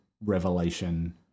revelation